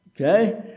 Okay